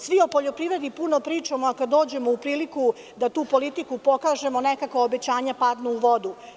Svi o poljoprivredi puno pričamo, a kad dođemo u priliku da tu politiku pokažemo, nekako obećanja padnu u vodu.